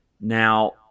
Now